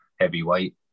heavyweight